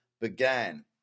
began